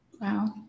wow